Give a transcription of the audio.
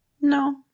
No